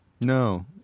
No